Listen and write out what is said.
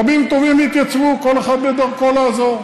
רבים וטובים התייצבו, כל אחד בדרכו, לעזור.